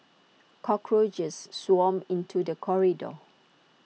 cockroaches swarmed into the corridor